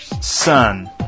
son